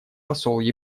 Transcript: посол